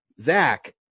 Zach